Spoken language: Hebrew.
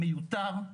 מיותר.